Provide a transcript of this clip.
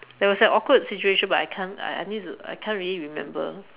there was an awkward situation but I can't I I need to I can't really remember